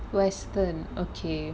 western okay